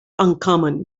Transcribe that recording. uncommon